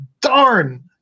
darn